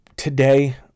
Today